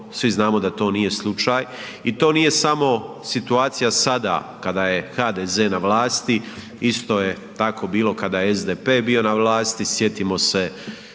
svi znamo da to nije slučaj. I to nije samo situacija sada kada je HDZ na vlasti, isto je tako bilo kada je SDP bio na vlasti. Sjetimo se